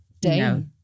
day